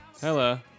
Hello